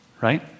right